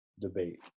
debate